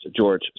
George